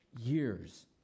years